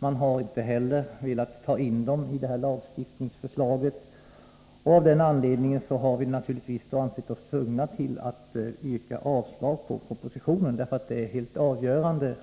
Man har inte heller velat ta in dem i lagförslaget, och av den anledningen har vi naturligtvis ansett oss tvungna att yrka avslag på propositionen. Mycket viktiga, ja, helt avgörande